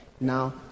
now